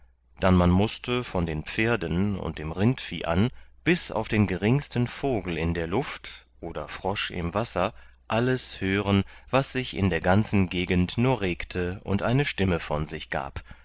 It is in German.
dann man mußte von den pferden und dem rindvieh an bis auf den geringsten vogel in der luft oder frosch im wasser alles hören was sich in der ganzen gegend nur regte und eine stimme von sich gab